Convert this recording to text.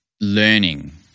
learning